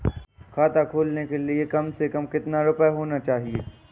खाता खोलने के लिए कम से कम कितना रूपए होने चाहिए?